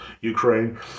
Ukraine